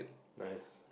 nice